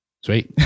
Sweet